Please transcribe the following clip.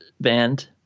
band